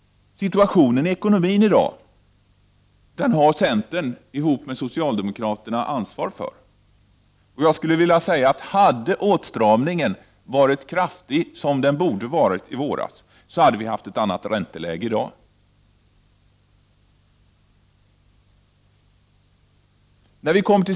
Situationen i ekonomin i dag har centern, tillsammans med socialdemokraterna, ansvar för. Hade åtstramningen varit kraftig, som den borde ha varit i våras, hade vi haft ett annat ränteläge i dag.